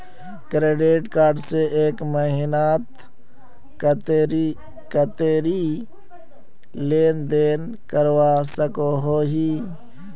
Credit card से एक महीनात कतेरी लेन देन करवा सकोहो ही?